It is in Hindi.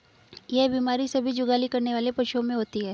यह बीमारी सभी जुगाली करने वाले पशुओं में होती है